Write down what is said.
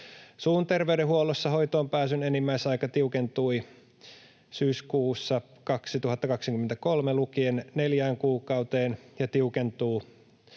Suun terveydenhuollossa hoitoonpääsyn enimmäisaika tiukentui syyskuusta 2023 lukien neljään kuukauteen ja tiukentuu